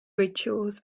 rituals